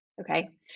okay